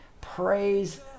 praise